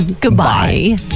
Goodbye